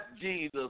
Jesus